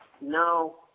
no